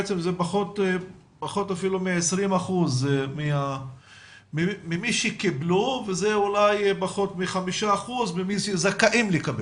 זה בעצם פחות אפילו מ-20% ממי שקיבלו ופחות מ-5% ממי שזכאים לקבל.